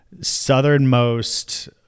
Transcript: southernmost